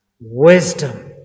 wisdom